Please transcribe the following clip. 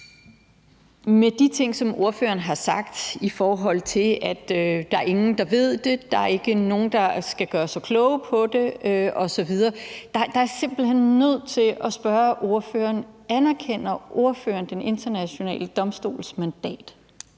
til de ting, ordføreren har sagt, om, at der ikke er nogen, der ved det, og at der ikke er nogen, der skal gøre sig kloge på det osv., er jeg simpelt hen nødt til at spørge ordføreren, om ordføreren anerkender den international domstols mandat.